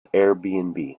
airbnb